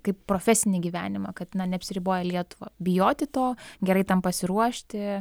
kaip profesinį gyvenimą kad neapsiriboji lietuva bijoti to gerai tam pasiruošti